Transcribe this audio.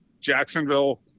Jacksonville